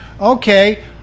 okay